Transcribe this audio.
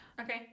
Okay